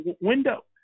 window